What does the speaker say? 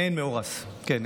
מעין מאורס, כן.